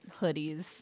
hoodies